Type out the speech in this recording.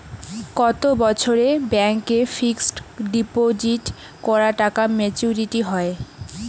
কত বছরে ব্যাংক এ ফিক্সড ডিপোজিট করা টাকা মেচুউরিটি হয়?